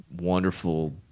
wonderful